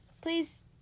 please